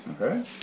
Okay